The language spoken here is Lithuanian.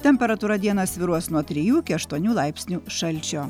temperatūra dieną svyruos nuo trijų iki aštuonių laipsnių šalčio